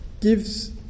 gives